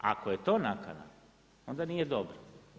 Ako je to nakana, onda nije dobro.